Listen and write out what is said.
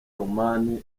oman